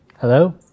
Hello